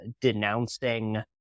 denouncing